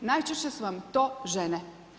Najčešće su vam to žene.